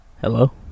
Hello